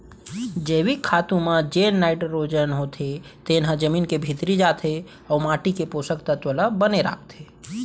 जैविक खातू म जेन नाइटरोजन होथे तेन ह जमीन के भीतरी जाथे अउ माटी के पोसक तत्व ल बने राखथे